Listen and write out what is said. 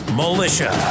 militia